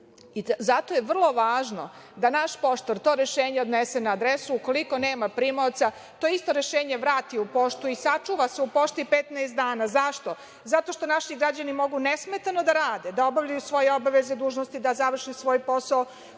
Zato je vrlo važno da naš poštar to rešenje odnese na adresu, pa ukoliko nema primaoca, to isto rešenje vrati u poštu i sačuva se u pošti 15 dana.Zašto? Zato što naši građani mogu nesmetano da rade, da obavljaju svoje obaveze, dužnosti, da završe svoj posao,